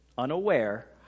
Unaware